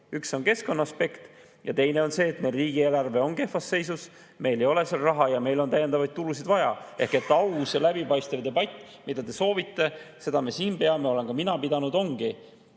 Üks on keskkonnaaspekt ja teine on see, et meil riigieelarve on kehvas seisus, meil ei ole raha ja meil on täiendavaid tulusid vaja. Aus ja läbipaistev debatt, mida te soovite, seda me siin peame, seda olen mina pidanud. Kui